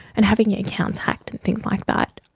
and having your accounts hacked and things like that,